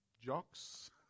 jocks